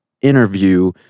interview